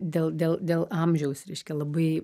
dėl dėl dėl amžiaus reiškia labai